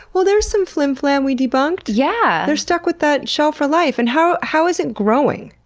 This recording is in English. well there's some flimflam we debunked! yeah! they're stuck with that shell for life. and how how is it growing?